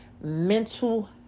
mental